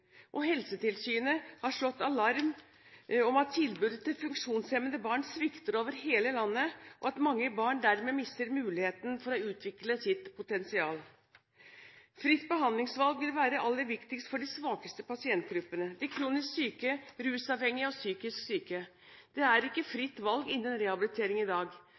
Og Helsetilsynet har slått alarm om at tilbudet til funksjonshemmede barn svikter over hele landet, og at mange barn dermed mister muligheten for å utvikle sitt potensial. Fritt behandlingsvalg vil være aller viktigst for de svakeste pasientgruppene – de kronisk syke, rusavhengige og de psykisk syke. Det er ikke fritt valg innen rehabilitering i dag.